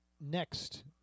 Next